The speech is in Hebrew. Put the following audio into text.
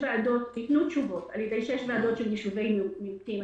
ניתנו תשובות על ידי שש ועדות של יישובי מיעוטים,